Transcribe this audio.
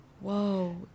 Whoa